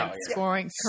scoring